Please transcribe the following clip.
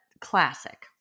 classic